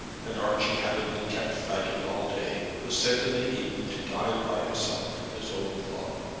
and archie, having been kept fagging all day, was sent in the evening to dine by himself at his own club.